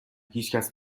هیچکس